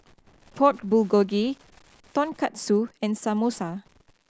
Pork Bulgogi Tonkatsu and Samosa